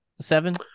seven